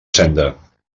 senda